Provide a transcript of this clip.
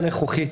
שנית,